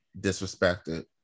disrespected